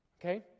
Okay